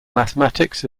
mathematics